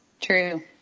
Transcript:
true